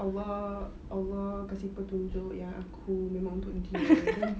allah allah kasi petunjuk yang aku memang untuk dia